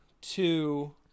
two